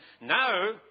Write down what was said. now